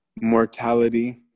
mortality